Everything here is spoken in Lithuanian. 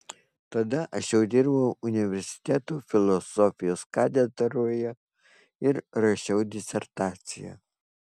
tada aš jau dirbau universiteto filosofijos katedroje ir rašiau disertaciją